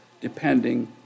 depending